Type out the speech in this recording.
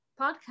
podcast